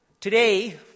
Today